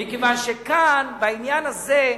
מכיוון שכאן, בעניין הזה,